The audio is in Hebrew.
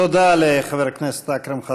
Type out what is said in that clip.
תודה לחבר הכנסת אכרם חסון.